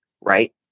right